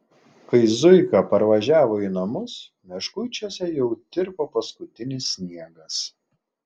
kai zuika parvažiavo į namus meškučiuose jau tirpo paskutinis sniegas